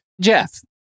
Jeff